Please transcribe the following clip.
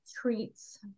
treats